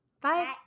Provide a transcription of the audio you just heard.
Bye